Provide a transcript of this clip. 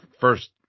first